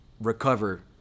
recover